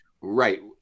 right